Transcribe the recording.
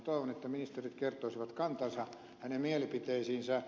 toivon että ministerit kertoisivat kantansa hänen mielipiteisiinsä